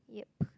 yup